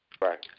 Right